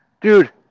dude